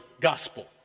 gospel